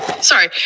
Sorry